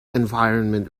environment